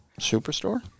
Superstore